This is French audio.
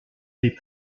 des